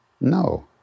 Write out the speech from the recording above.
No